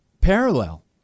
parallel